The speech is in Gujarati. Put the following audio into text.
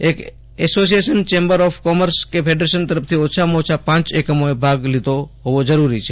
એક એસોસીએશનચેમ્બર એફ કોમર્સફેડરેશન તરફથી ઓછામાં ઓછા પાંચ એકમોએ ભાગ લીધે લહોવો જરૂરી છે